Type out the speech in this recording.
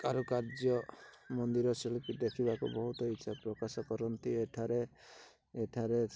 କାରୁକାର୍ଯ୍ୟ ମନ୍ଦିର ଶିଳ୍ପୀ ଦେଖିବାକୁ ବହୁତ ଇଚ୍ଛା ପ୍ରକାଶ କରନ୍ତି ଏଠାରେ ଏଠାରେ